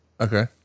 Okay